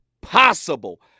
possible